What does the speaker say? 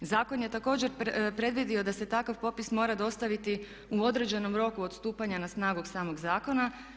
Zakon je također predvidio da se takav popis mora dostaviti u određenom roku od stupanja na snagu samog zakona.